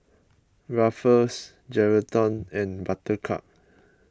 Ruffles Geraldton and Buttercup